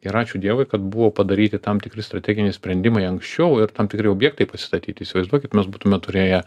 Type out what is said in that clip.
ir ačiū dievui kad buvo padaryti tam tikri strateginiai sprendimai anksčiau ir tam tikri objektai pastatyti įsivaizduokit mes būtume turėję